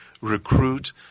recruit